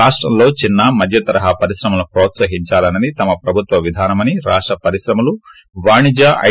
రాష్టంలో చిన్స మధ్యతరహా పరిశ్రమలను హ్రోత్సాహించాలన్నది తమ ప్రభుత్వ విధోనమని రాష్ట పరిశ్రమలు వాణిజ్య ఐ